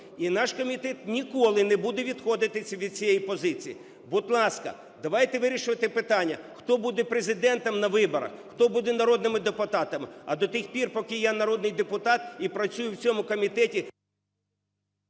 І наш комітет ніколи не буде відходити від цієї позиції. Будь ласка, давайте вирішувати питання хто буде Президентом на виборах, хто буде народними депутатами. А до тих пір, поки я народний депутат і працюю в цьому комітеті…